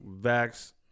Vax